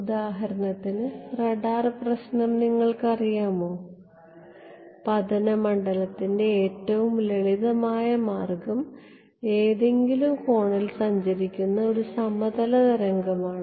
ഉദാഹരണത്തിന് റഡാർ പ്രശ്നം നിങ്ങൾക്കറിയാമോ പതന മണ്ഡലത്തിൻറെ ഏറ്റവും ലളിതമായ മാർഗ്ഗം ഏതെങ്കിലും കോണിൽ സഞ്ചരിക്കുന്ന ഒരു സമതല തരംഗമാണ്